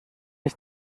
ich